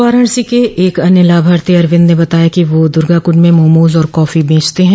वाराणसी के एक अन्य लाभार्थी अरविंद ने बताया कि वह दुर्गाकुंड में मोमोज और कॉफी बेचते हैं